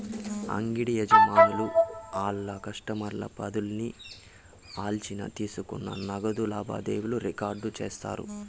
అంగిడి యజమానులు ఆళ్ల కస్టమర్ల పద్దుల్ని ఆలిచ్చిన తీసుకున్న నగదు లావాదేవీలు రికార్డు చేస్తుండారు